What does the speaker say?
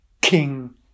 King